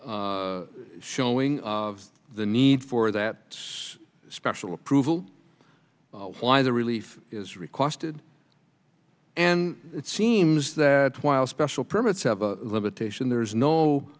showing of the need for that some special approval why the relief is requested and it seems that while special permits have a limitation there is no